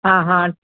ਹਾਂ ਹਾਂ